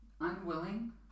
unwilling